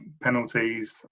Penalties